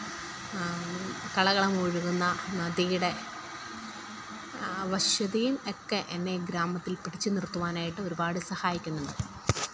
കളകളം ഒഴുകുന്ന നദിയുടെ വശ്യതയും ഒക്കെ എന്നെ ഈ ഗ്രാമത്തിൽ പിടിച്ച് നിർത്തുവാനായിട്ട് ഒരുപാട് സഹായിക്കുന്നുണ്ട്